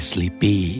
Sleepy